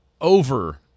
over